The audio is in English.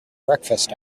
breakfast